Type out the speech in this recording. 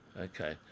Okay